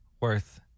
worth